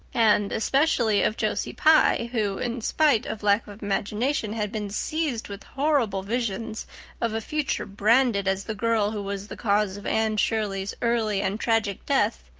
and especially of josie pye, who, in spite of lack of imagination, had been seized with horrible visions of a future branded as the girl who was the cause of anne shirley's early and tragic death,